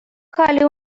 халӗ